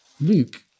Luke